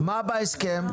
מה בהסכם?